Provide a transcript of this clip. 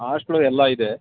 hostel ಎಲ್ಲ ಇದೆ